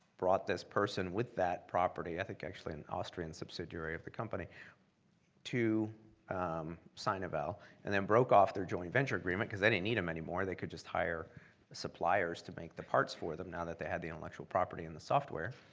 brought this person with that property. i think, actually, an austrian subsidiary of the company to sinovel, and then broke off their joint venture agreement because they didn't need them anymore they could just hire suppliers to make the parts for them now that they had the intellectual property, and the software,